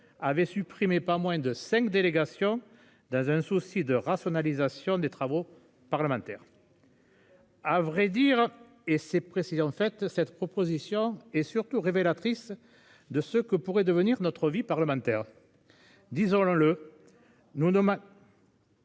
avait supprimé. Pas moins de 5 délégations dans un souci de rationalisation des travaux parlementaires.-- À vrai dire et c'est précis, en fait, cette proposition est surtout révélatrice. De ce que pourrait devenir notre vie parlementaire. Disons-le. Nous.--